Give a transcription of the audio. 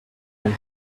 and